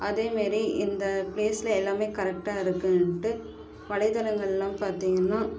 அதேமாரி இந்த ப்லேஸில் எல்லாமே கரக்ட்டா இருக்குண்ட்டு படைத்தளங்களாம் பார்த்தீங்ன்னா